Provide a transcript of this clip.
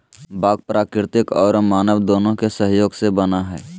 बाग प्राकृतिक औरो मानव दोनों के सहयोग से बना हइ